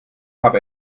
habe